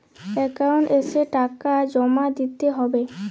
Account এসে টাকা জমা দিতে হবে?